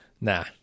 Nah